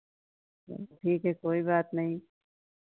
ठीक है कोई बात नहीं